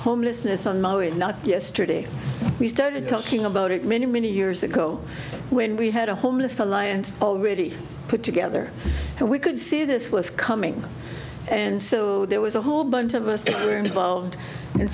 homelessness on maui and not yesterday we started talking about it many many years ago when we had a homeless alliance already put together and we could see this was coming and so there was a whole bunch of us that were involved